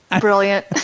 Brilliant